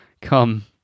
come